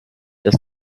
das